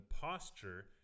posture